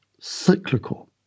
cyclical